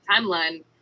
timeline